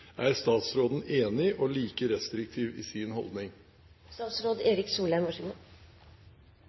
Er statsråden enig og like restriktiv i sin